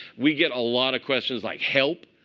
we get a lot of questions like, help.